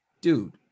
dude